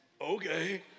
okay